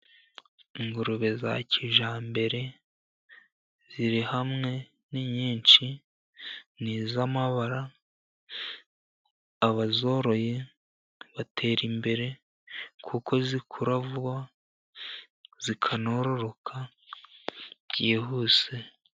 Ingurube za kijyambere ziri hamwe ni nyinshi, ni iz' amabara, abazoroye batera imbere kuko zikura vuba, zikanororoka byihuse.